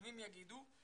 ימים יגידו,